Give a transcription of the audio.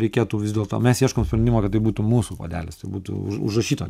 reikėtų vis dėlto mes ieškom sprendimo kad tai būtų mūsų puodelis tai būtų už užrašyta